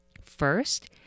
First